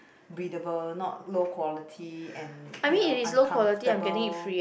breathable not low quality and you know uncomfortable